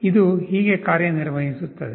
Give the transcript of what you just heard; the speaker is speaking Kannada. ಇದು ಹೀಗೆ ಕಾರ್ಯನಿರ್ವಹಿಸುತ್ತದೆ